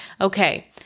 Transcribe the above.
Okay